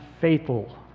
fatal